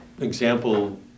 example